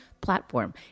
platform